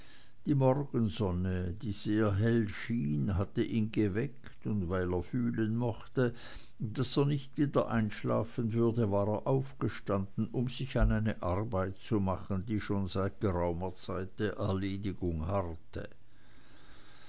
die morgensonne die sehr hell schien hatte ihn geweckt und weil er fühlen mochte daß er nicht wieder einschlafen würde war er aufgestanden um sich an eine arbeit zu machen die schon seit geraumer zeit der erledigung harrte